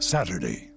Saturday